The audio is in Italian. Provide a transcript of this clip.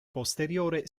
posteriore